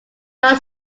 non